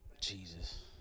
Jesus